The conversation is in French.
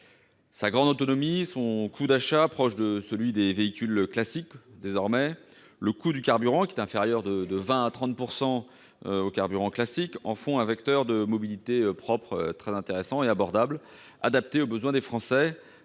Sa grande autonomie, le coût d'achat désormais proche de celui des véhicules classiques et le coût du carburant, inférieur de 20 à 30 % à celui des carburants classiques, en font un vecteur de mobilité propre très intéressant et abordable, adapté aux besoins des Français.